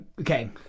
okay